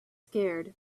scared